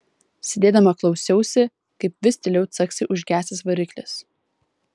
sėdėdama klausiausi kaip vis tyliau caksi užgesęs variklis